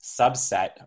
subset